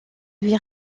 lui